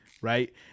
right